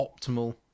optimal